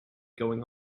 going